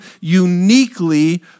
uniquely